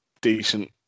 decent